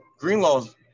Greenlaw's